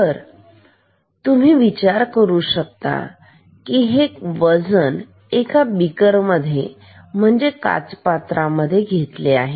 तर तुम्ही विचार करू शकता हे एक वजन हे बीकर म्हणजे काचपात्र आहे